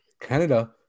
Canada